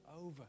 over